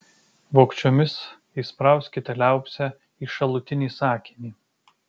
vogčiomis įsprauskite liaupsę į šalutinį sakinį